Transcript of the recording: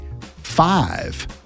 Five